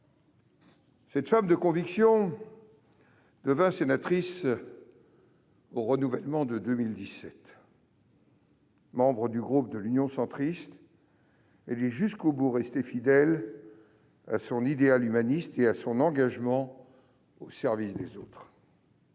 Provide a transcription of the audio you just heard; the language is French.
Cette femme de conviction devint sénatrice lors du renouvellement de 2017. Membre du groupe Union Centriste, elle est restée jusqu'au bout fidèle à son idéal humaniste et à son engagement au service des autres.